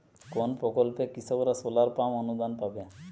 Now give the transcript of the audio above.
কোন প্রকল্পে কৃষকরা সোলার পাম্প অনুদান পাবে?